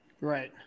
right